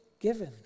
given